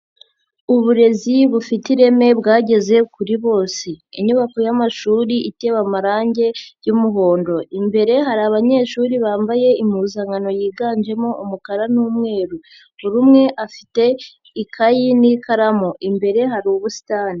Uburezi bufite ireme bwageze kuri bose, inyubako y'amashuri iteba amarange y'umuhondo, imbere hari abanyeshuri bambaye impuzankano yiganjemo umukara n'umweru, buri umwe afite ikayi n'ikaramu imbere hari ubusitani.